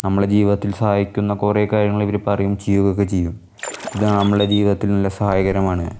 നമ്മളെ ജീവിതത്തിൽ സഹായിക്കുന്ന കുറേ കാര്യങ്ങൾ ഇവർ പറയുകയും ചെയ്യുകയും ഒക്കെ ചെയ്യും ഇതാണ് നമ്മളെ ജീവിതത്തിനെല്ലാം സഹായകരമാണ്